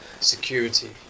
security